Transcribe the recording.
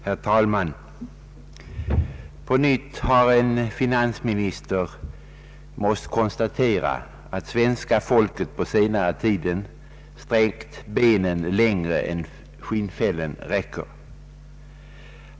Herr talman! På nytt har en finansminister måst konstatera att svenska folket på senare tid sträckt benen längre än skinnfällen räcker.